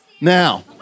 Now